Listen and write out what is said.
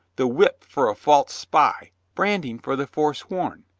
the whip for a false spy, branding for the foresworn.